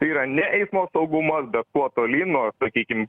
tai yra ne eismo saugumas bet kuo tolyn nuo sakykim